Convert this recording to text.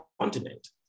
continent